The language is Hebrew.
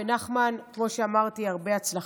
נחמן, כמו שאמרתי, הרבה הצלחה.